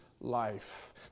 life